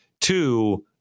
two